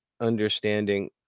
understanding